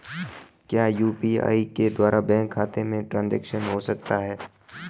क्या यू.पी.आई के द्वारा बैंक खाते में ट्रैन्ज़ैक्शन हो सकता है?